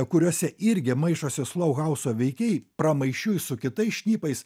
kuriuose irgi maišosi slau hauso veikėjai pramaišiui su kitais šnipais